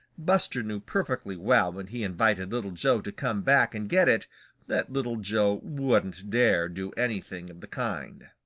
buster knew perfectly well when he invited little joe to come back and get it that little joe wouldn't dare do anything of the kind.